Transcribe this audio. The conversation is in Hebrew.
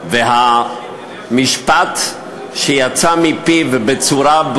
התשע"ג 2013. בבקשה,